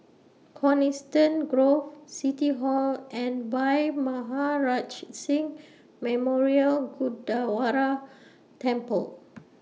Coniston Grove City Hall and Bhai Maharaj Singh Memorial Temple